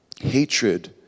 hatred